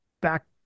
back